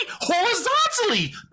horizontally